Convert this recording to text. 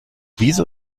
wieso